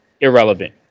irrelevant